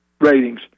ratings